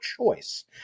choice